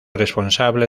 responsable